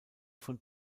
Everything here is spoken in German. von